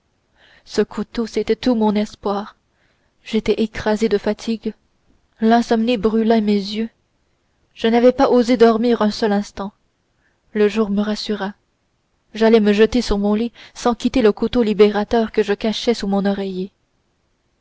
ce couteau c'était tout mon espoir j'étais écrasée de fatigue l'insomnie brûlait mes yeux je n'avais pas osé dormir un seul instant le jour me rassura j'allai me jeter sur mon lit sans quitter le couteau libérateur que je cachai sous mon oreiller